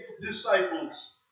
disciples